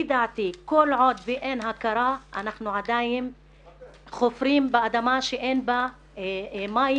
לדעתי כל עוד אין הכרה אנחנו עדיין חופרים באדמה שאין בה מים,